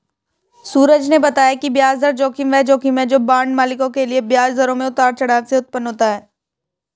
सूरज ने बताया कि ब्याज दर जोखिम वह जोखिम है जो बांड मालिकों के लिए ब्याज दरों में उतार चढ़ाव से उत्पन्न होता है